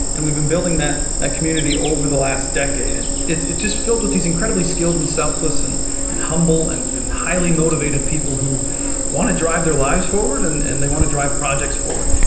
and we've been building that that community over the last decade, and it's it's just filled with these incredibly skilled and selfless and and humble and and highly-motivated people who want to drive their lives forward and and they want to drive projects forward.